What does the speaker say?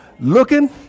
Looking